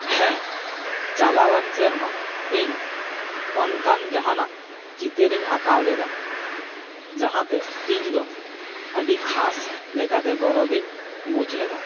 ᱦᱮᱸ ᱪᱟᱞᱟᱣᱮᱱ ᱥᱮᱨᱢᱟ ᱤᱧ ᱚᱱᱠᱟᱱ ᱡᱟᱦᱟᱱᱟᱜ ᱪᱤᱛᱟᱹᱨᱤᱧ ᱟᱸᱠᱟᱣ ᱞᱮᱫᱟ ᱡᱟᱦᱟᱸᱛᱮ ᱤᱧ ᱫᱚ ᱟᱹᱰᱤ ᱠᱷᱟᱥ ᱞᱮᱠᱟ ᱛᱮ ᱜᱚᱨᱚᱵᱽ ᱤᱧ ᱵᱩᱡᱽ ᱞᱮᱫᱟ